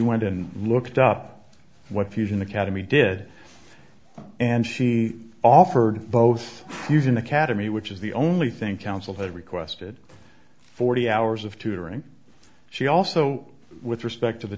went and looked up what fusion academy did and she offered both use an academy which is the only thing counsel had requested forty hours of tutoring she also with respect to the